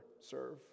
serve